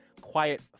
Quiet